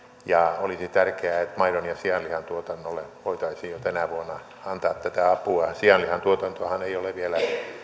ja olisi tärkeää että maidon ja sianlihan tuotannolle voitaisiin jo tänä vuonna antaa tätä apua sianlihan tuotantohan ei ole vielä saanut